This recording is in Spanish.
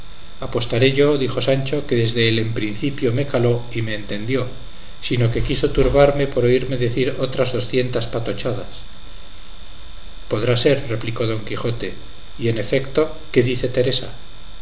apostaré yo dijo sancho que desde el emprincipio me caló y me entendió sino que quiso turbarme por oírme decir otras docientas patochadas podrá ser replicó don quijote y en efecto qué dice teresa